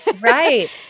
Right